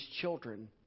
children